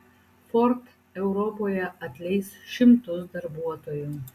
ford europoje atleis šimtus darbuotojų